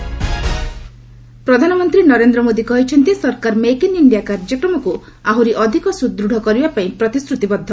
PM ପ୍ରଧାନମନ୍ତ୍ରୀ ନରେନ୍ଦ୍ର ମୋଦି କହିଛନ୍ତି ସରକାର ମେକ୍ ଇନ୍ ଇଣ୍ଡିଆ କାର୍ଯ୍ୟକ୍ରମକୁ ଆହୁରି ଅଧିକ ସୁଦୃଢ଼ କରିବା ପାଇଁ ପ୍ରତିଶ୍ରତିବଦ୍ଧ